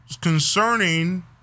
concerning